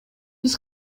биз